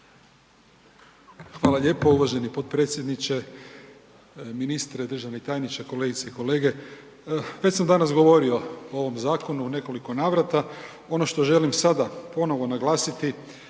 Hvala lijepo uvaženi potpredsjedniče, ministre, državni tajniče, kolegice i kolege. Već sam danas govorio o ovom zakonu o nekoliko navrata. Ono što želim sada ponovo naglasiti